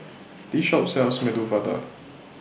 This Shop sells Medu Vada